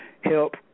help